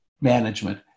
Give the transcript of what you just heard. management